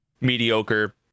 mediocre